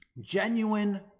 Genuine